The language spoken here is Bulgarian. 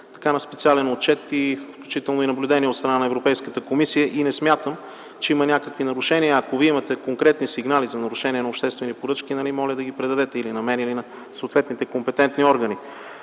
са на специален отчет, включително и на наблюдение от страна на Европейската комисия и не смятам, че има някакви нарушения. Ако вие имате конкретни сигнали за нарушения на обществени поръчки, моля да ги предадете на мен или на съответните компетентни органи.